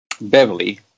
Beverly